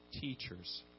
teachers